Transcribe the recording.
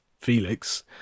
Felix